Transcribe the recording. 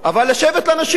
אבל לשבת עם אנשים,